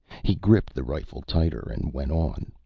he gripped the rifle tighter and went on.